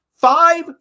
five